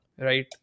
right